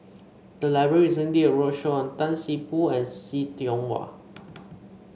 the library recently did a roadshow on Tan See Boo and See Tiong Wah